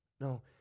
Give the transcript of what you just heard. no